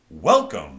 Welcome